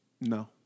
No